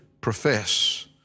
profess